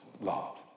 love